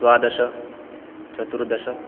द्वादश चतुर्दश